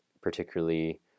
particularly